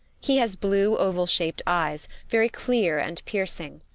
he has blue, oval-shaped eyes, very clear and piercing.